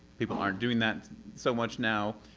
people aren't doing that so much now.